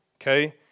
Okay